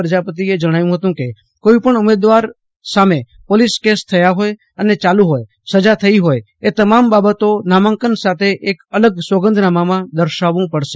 પ્રજાપતિએ જણાવ્યું હતું કેકોઈપણ ઉમેદવાર સામે પોલીસ કેસ થયા હોય અને ચાલુ હોયસજા થઇ હોય એ તમામ બાબતો નામાંકન સાથે એક અલગ સોગંદનામામાં દર્શાવવું પડશે